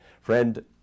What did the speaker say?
Friend